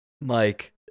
Mike